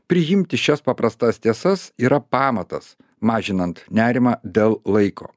priimti šias paprastas tiesas yra pamatas mažinant nerimą dėl laiko